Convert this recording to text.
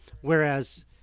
Whereas